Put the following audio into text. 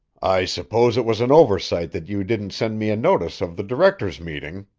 i suppose it was an oversight that you didn't send me a notice of the directors' meeting,